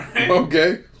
Okay